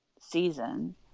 season